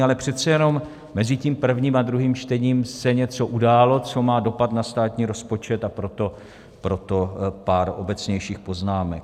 Ale přece jenom mezi prvním a druhým čtením se něco událo, co má dopad na státní rozpočet, a proto pár obecnějších poznámek.